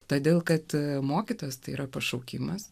todėl kad mokytojas tai yra pašaukimas